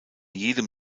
jedem